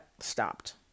stopped